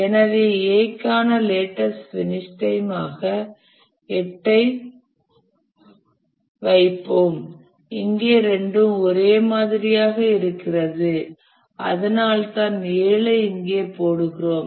எனவே A க்கான latest finish time ஆக 8 ஐ வைப்போம் இங்கே ரெண்டும் ஒரே மாதிரியாக இருக்கிறது அதனால்தான் 7 ஐ இங்கே போடுகிறோம்